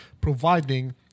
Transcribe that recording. providing